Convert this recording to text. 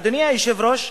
אדוני היושב-ראש,